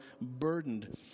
burdened